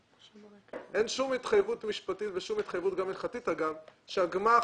אין שום התחייבות משפטית ושום התחייבות גם הלכתית שהגמ"ח